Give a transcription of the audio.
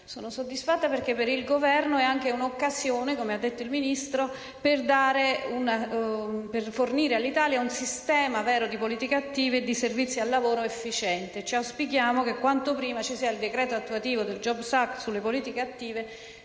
Sono soddisfatta perché per il Governo è anche un'occasione - come ha detto il Ministro - per fornire all'Italia un sistema vero di politiche attive e di servizi al lavoro efficienti. Ci auspichiamo che quanto prima ci sia il decreto attuativo del *jobs act* sulle politiche attive